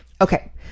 Okay